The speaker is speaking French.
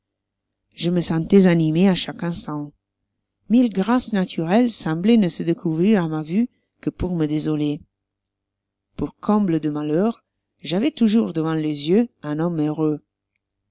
je me sentois animé à chaque instant mille grâces naturelles sembloient ne se découvrir à ma vue que pour me désoler pour comble de malheurs j'avois toujours devant les yeux un homme heureux